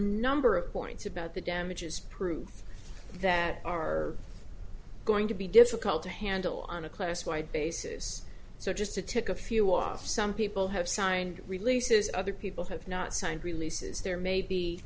number of points about the damages proof that are going to be difficult to handle on a class wide basis so just to tick a few off some people have signed release is other people have not